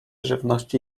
żywności